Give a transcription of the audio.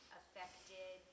affected